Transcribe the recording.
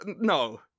no